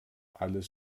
alles